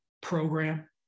Program